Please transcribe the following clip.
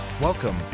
Welcome